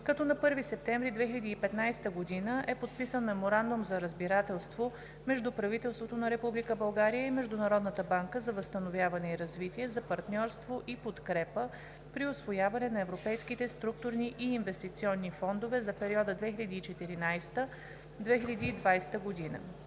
като на 1 септември 2015 г. е подписан Меморандум за разбирателство между правителството на Република България и Международната банка за възстановяване и развитие за партньорство и подкрепа при усвояване на Европейските структурни и инвестиционни фондове за периода 2014 – 2020 г.